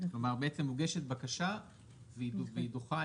כלומר מוגשת בקשה והיא דוחה,